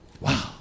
Wow